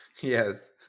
Yes